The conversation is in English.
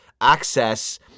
access